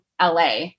LA